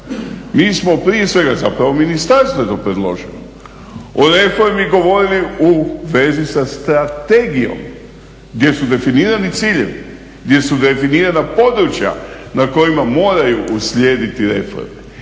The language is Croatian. Mi smo prije svega, zapravo ministarstvo je to predložilo o reformi govorili u vezi sa strategijom gdje su definirani ciljevi, gdje su definirana područja na kojima moraju uslijediti reforme.